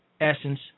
essence